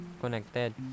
connected